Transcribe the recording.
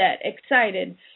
excited